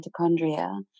mitochondria